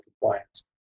compliance